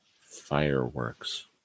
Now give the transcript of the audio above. fireworks